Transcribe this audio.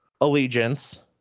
allegiance